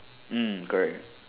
mm correct